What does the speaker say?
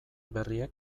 berriek